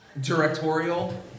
directorial